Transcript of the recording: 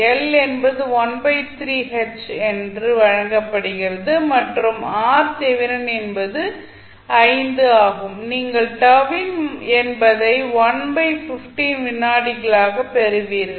L என்பது 13 H என்று வழங்கப்படுகிறது மற்றும் என்பது 5 ஆகும் நீங்கள் எனபதை 115 வினாடிகளாக பெறுவீர்கள்